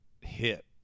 hit